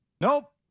Nope